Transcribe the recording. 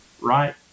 Right